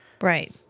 Right